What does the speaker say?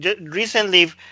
recently